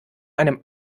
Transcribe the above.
einem